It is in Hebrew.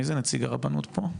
מי זה נציג הרבנות פה?